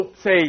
say